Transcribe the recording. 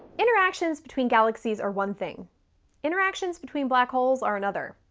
interactions between galaxies are one thing interactions between black holes are another.